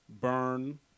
Burn